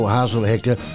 Hazelhekken